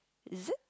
is it